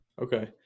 okay